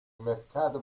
mercato